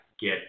get